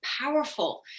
powerful